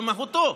במהותו,